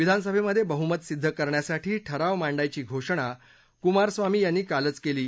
विधानसभेमधे बहुमत सिद्ध करण्यासाठी ठराव मांडायची घोषणा कुमारस्वामी यांनी कालच केली आहे